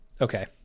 Okay